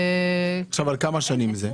עכשיו לכמה שנים זה?